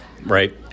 right